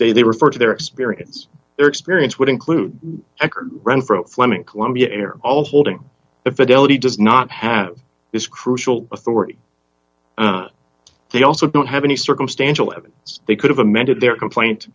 that they refer to their experience their experience would include renfro flemming columbia air all holding the fidelity does not have this crucial authority they also don't have any circumstantial evidence they could have amended their complaint